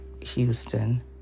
Houston